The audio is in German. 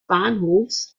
bahnhofes